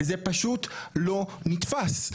זה פשוט לא נתפס.